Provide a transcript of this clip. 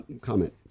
comment